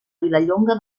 vilallonga